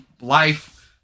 life